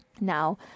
now